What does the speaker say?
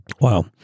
Wow